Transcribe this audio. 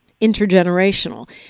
intergenerational